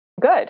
good